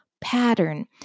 Pattern